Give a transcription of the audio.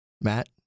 Matt